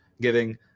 giving